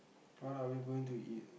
what are we going to eat